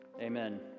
Amen